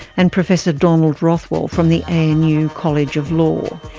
and professor donald rothwell from the anu college of law.